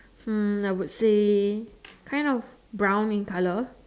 hmm I would say kind of brown in colour